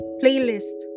playlist